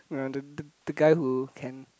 and the the the guy who can